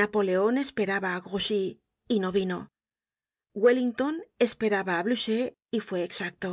napoleon esperaba á grouchy y no vino wellington esperaba á blucher y fue exacto